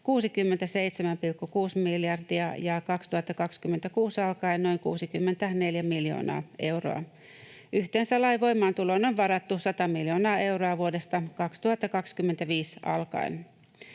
67,6 miljoonaa ja 2026 alkaen noin 64 miljoonaa euroa. Yhteensä lain voimaantuloon on varattu 100 miljoonaa euroa vuodesta 2025 alkaen.